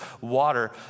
water